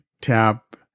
tap